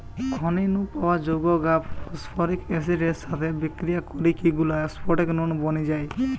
খনি নু পাওয়া যৌগ গা ফস্ফরিক অ্যাসিড এর সাথে বিক্রিয়া করিকি গুলা ফস্ফেট নুন বনি যায়